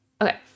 Okay